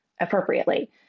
appropriately